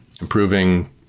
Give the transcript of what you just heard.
improving